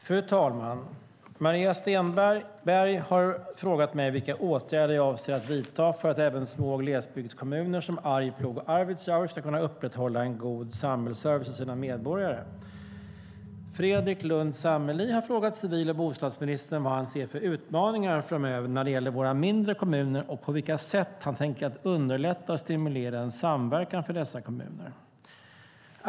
Fru talman! Maria Stenberg har frågat mig vilka åtgärder jag avser att vidta för att även små glesbygdskommuner som Arjeplog och Arvidsjaur ska kunna upprätthålla en god samhällsservice till sina medborgare. Fredrik Lundh Sammeli har frågat civil och bostadsministern vad han ser för utmaningar framöver när det gäller våra mindre kommuner och på vilka sätt han tänker underlätta och stimulera en samverkan för dessa kommuner.